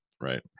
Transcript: right